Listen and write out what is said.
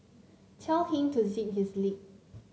tell him to zip his lip